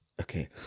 Okay